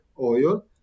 oil